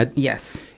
but yes.